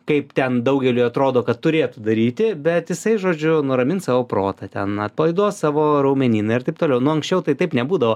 kaip ten daugeliui atrodo kad turėtų daryti bet jisai žodžiu nuramins savo protą ten atpalaiduos savo raumenyną ir taip toliau nu anksčiau tai taip nebūdavo